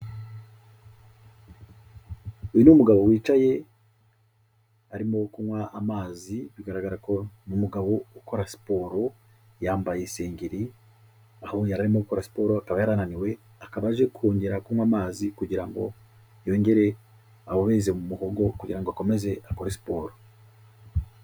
Uyu ni mugabo wicaye arimo kunywa amazi, bigaragara ko ni umugabo ukora siporo yambaye isengeri, aho yari arimo gukora siporo akaba yarananiwe, akaba aje kongera kunywa amazi kugira ngo yongere abobeze mu muhogo kugira ngo akomeze akore siporo.